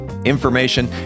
Information